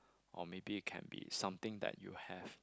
or maybe can be something that you have